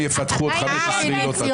הם יפתחו עוד חמש עילות עד אז.